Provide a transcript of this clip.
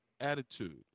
attitude